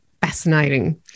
Fascinating